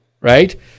right